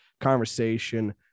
conversation